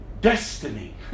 destiny